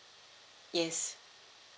yes